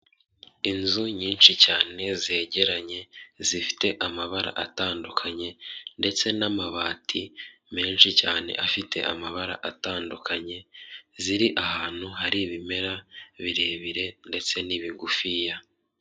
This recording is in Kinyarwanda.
Inzu nyinshi cyane zegeranye, zifite amabara atandukanye ndetse n'amabati menshi cyane afite amabara atandukanye, ziri ahantu hari ibimera birebire ndetse n'ibigufiya.